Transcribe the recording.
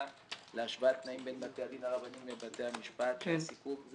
להשוואת תנאים בין בתי הדין הרבניים לבתי המשפט כסיכום.